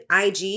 IG